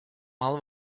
mal